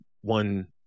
one